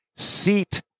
seat